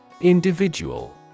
Individual